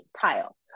tile